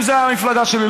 אם זו הייתה המפלגה שלי,